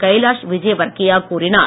கைலாஷ் விஜயவர்கியா கூறினார்